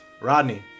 Rodney